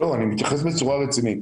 אני מתייחס בצורה רצינית.